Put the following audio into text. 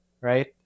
right